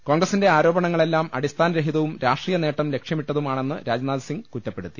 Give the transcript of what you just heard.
കോൺഗ്രസിന്റെ ആരോപണങ്ങളെല്ലാം അടിസ്ഥാന രഹിതവും രാഷ്ട്രീയനേട്ടം ലക്ഷ്യമി ട്ടതും ആണെന്ന് രാജ്നാഥ് സിംഗ് കുറ്റപ്പെടുത്തി